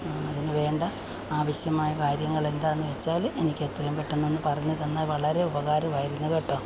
അതിന് വേണ്ട ആവശ്യമായ കാര്യങ്ങൾ എന്താണെന്ന് വെച്ചാൾ എനിക്ക് എത്രയുംപെട്ടെന്ന് ഒന്ന് പറഞ്ഞുതന്നാൽ വളരെ ഉപകാരമായിരുന്നു കേട്ടോ